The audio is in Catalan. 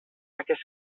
aquest